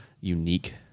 unique